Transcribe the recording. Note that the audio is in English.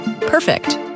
Perfect